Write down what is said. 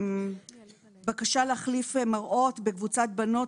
בקשה להחליף מראות בקבוצת בנות,